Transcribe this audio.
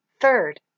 Third